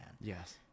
yes